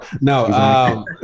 no